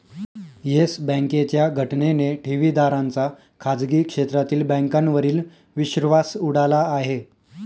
yes बँकेच्या घटनेने ठेवीदारांचा खाजगी क्षेत्रातील बँकांवरील विश्वास उडाला आहे